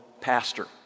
pastor